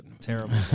Terrible